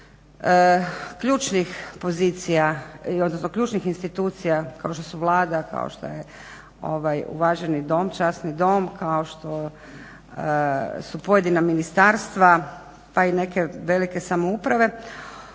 odnosno ključnih institucija kao što je Vlada, kao što je uvaženi Dom, časni Dom kao što su pojedina ministarstva pa i neke velike samouprave.